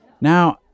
Now